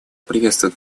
приветствует